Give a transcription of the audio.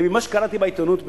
ממה שקראתי בעיתונות,